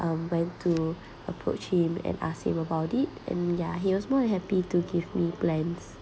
um went to approach him and ask him about it um yah he was more than happy to give me plans